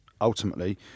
ultimately